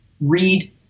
Read